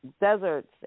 deserts